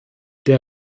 der